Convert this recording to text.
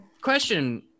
Question